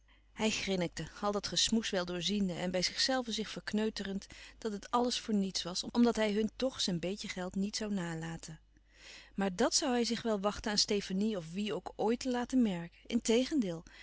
hij grinnikte al dat gesmoes wel doorziende en bij zichzelven zich verkneuterend dat het alles voor niets was omdat hij hun toch zijn beetje geld niet zoû nalaten maar dàt zoû hij zich wel wachten aan stefanie of wie ook ooit te laten merken integendeel